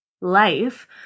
life